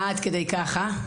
עד כדי כך, אה?